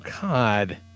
God